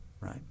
right